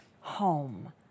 home